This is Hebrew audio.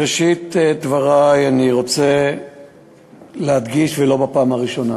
בראשית דברי אני רוצה להדגיש, ולא בפעם הראשונה: